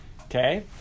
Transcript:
Okay